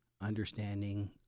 understanding